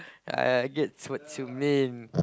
I gets what's you mean